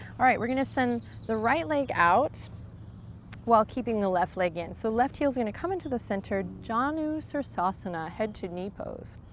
alright, we're gonna send the right leg out while keeping the left leg in, so left heel's gonna come into the center, janushirasana, head to knee pose.